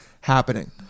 happening